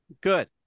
Good